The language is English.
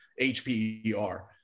HPER